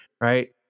Right